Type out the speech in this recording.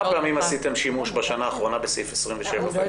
פעמים עשיתם שימוש בשנה האחרונה בסעיף 27 בהקשר הזה?